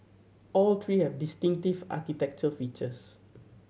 all three have distinctive architecture features